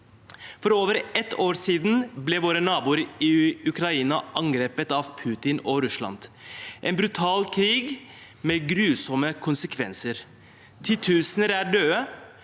For over ett år siden ble våre naboer i Ukraina angrepet av Putin og Russland, en brutal krig med grusomme konsekvenser. Titusener er døde,